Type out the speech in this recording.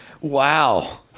wow